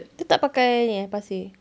dia tak pakai ni eh pasir